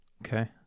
Okay